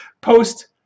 post